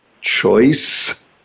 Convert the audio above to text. choice